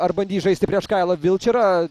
ar bandys žaisti prieš kailą vilčerą